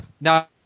Now